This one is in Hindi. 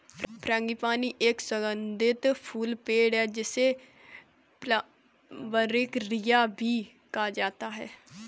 फ्रांगीपानी एक सुगंधित फूल पेड़ है, जिसे प्लंबरिया भी कहा जाता है